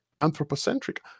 anthropocentric